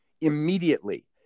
immediately